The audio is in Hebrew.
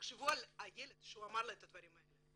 תחשבו על הילד שאמר לה את הדברים האלה.